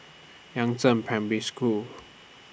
Yangzheng Primary School